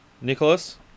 Nicholas